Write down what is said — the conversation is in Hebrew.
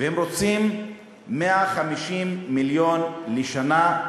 והם רוצים 150 מיליון לשנה,